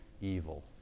evil